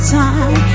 time